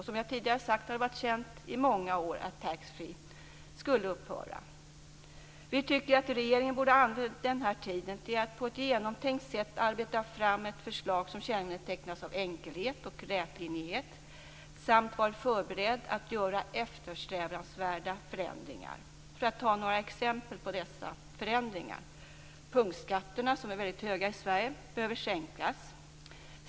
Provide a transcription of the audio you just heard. Som jag tidigare har sagt har det varit känt i många år att taxfreeförsäljningen skulle upphöra. Vi tycker att regeringen borde ha använt den här tiden till att på ett genomtänkt sätt arbeta fram ett förslag som kännetecknas av enkelhet och rätlinjighet samt att man borde vara förberedd på att göra eftersträvansvärda förändringar. Jag kan ta upp några exempel på sådana förändringar. Punktskatterna, som är väldigt höga i Sverige, behöver sänkas.